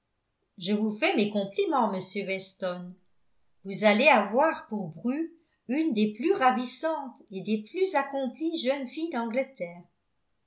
je vous fais mes compliments monsieur weston vous allez avoir pour bru une des plus ravissantes et des plus accomplies jeunes filles d'angleterre